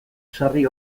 sarri